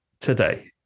today